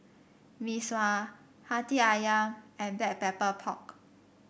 Mee Sua Hati ayam and Black Pepper Pork